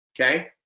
okay